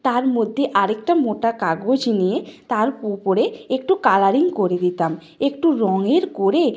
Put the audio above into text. তার মধ্যে আরেকটা মোটা কাগজ নিয়ে তার পু উপরে একটু কালারিং করে দিতাম একটু রঙের করে